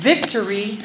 Victory